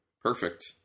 Perfect